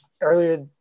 earlier